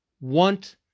want